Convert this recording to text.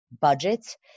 budgets